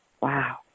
Wow